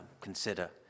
consider